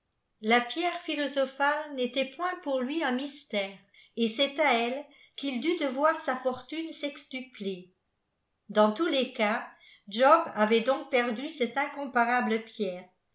la pierre philosophale n'était point pour lui un mystère et c'est à leile qu'il dut de voir sa fortune sextuplée dans tous les eas job avait donc perdu cqtte jncomparable pierre